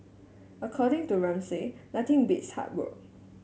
according to Ramsay nothing beats hard work